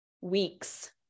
weeks